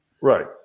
Right